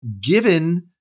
given